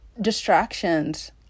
distractions